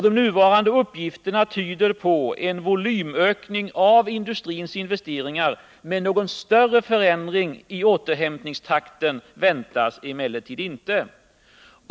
De nuvarande uppgifterna tyder på en volymökning av industrins investeringar, men någon större förändring i återhämtningstakten väntas inte.